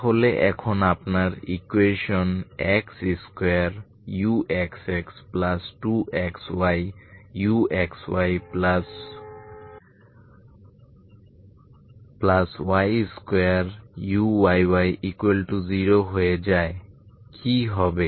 তাহলে এখন আপনার ইকুয়েশন x2uxx2xyuxyy2uyy0 হয়ে যায় কি হবে